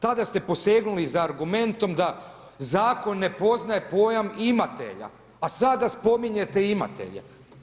Tada ste posegnuli za argumentom da zakon ne poznaje pojam imatelja, a sada spominjete imatelje.